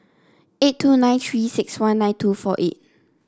eight two nine Three six one nine two four eight